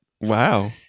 Wow